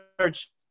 search